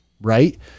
right